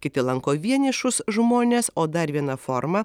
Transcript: kiti lanko vienišus žmones o dar viena forma